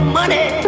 money